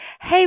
Hey